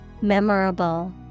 Memorable